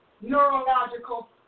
neurological